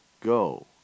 Go